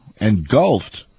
engulfed